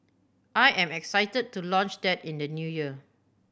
I am excited to launch that in the New Year